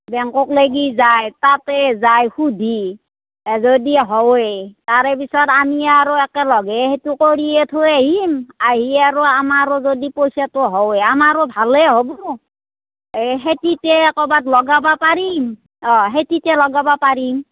বেংকক লাগি যাই তাতে যাই সুধি এ যদি হৱে তাৰে পিছত আমি আৰু একেলগে সেইটো কৰিয়ে থৈ আহিম আহি আৰু আমাৰ আৰু যদি পইচাটো হয় আমাৰো ভালে হ'ব এই খেতিতে ক'ৰবাত লগাব পাৰিম অঁ খেতিতে লগাব পাৰিম